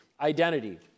identity